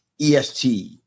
EST